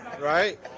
right